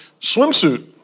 swimsuit